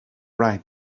right